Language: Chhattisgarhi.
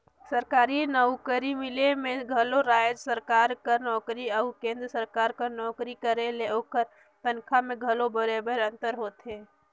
सरकारी नउकरी मिले में घलो राएज सरकार कर नोकरी अउ केन्द्र सरकार कर नोकरी करे ले ओकर तनखा में घलो बरोबेर अंतर होथे